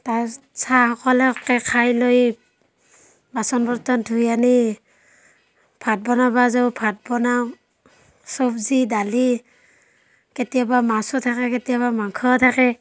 চাহ সকলোৱে খাই লৈ বাচন বৰ্তন ধুই আনি ভাত বনাব যাওঁ ভাত বনাওঁ চব্জি দালি কেতিয়াবা মাছো থাকে কেতিয়াবা মাংসও থাকে